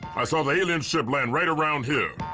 i saw the alien ship land right around here.